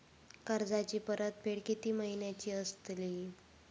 कर्जाची परतफेड कीती महिन्याची असतली?